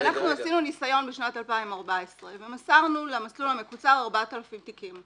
אנחנו עשינו ניסיון בשנת 2014 ומסרנו למסלול המקוצר 4,000 תיקים.